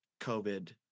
covid